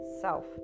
self